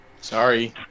Sorry